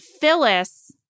Phyllis